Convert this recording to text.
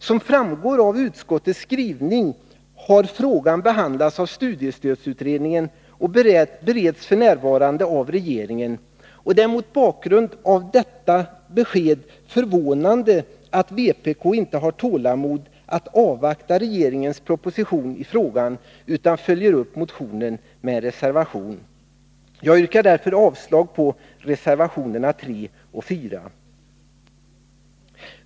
Som framgår av utskottets skrivning har frågan behandlats av studiestödsutredningen och bereds f. n. av regeringen. Det är mot bakgrund av detta besked förvånande att vpk inte har tålamod att avvakta regeringens proposition i frågan utan följer upp motionen med en reservation. Jag yrkar därför avslag på reservationerna 3 och 4.